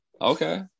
Okay